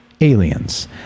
aliens